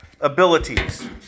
abilities